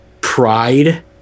pride